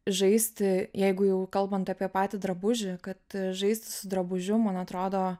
žaisti jeigu jau kalbant apie patį drabužį kad žaisti su drabužiu man atrodo